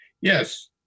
Yes